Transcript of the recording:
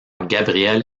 gabriel